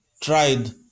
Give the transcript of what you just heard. tried